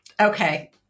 Okay